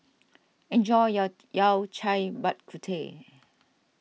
enjoy your Yao Cai Bak Kut Teh